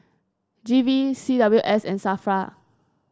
G V C W S and Safra